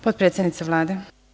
Potpredsednica Vlade.